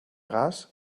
gas